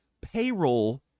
payroll